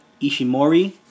Ishimori